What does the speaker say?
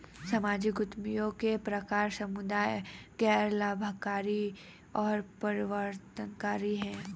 सामाजिक उद्यमियों के प्रकार समुदाय, गैर लाभकारी और परिवर्तनकारी हैं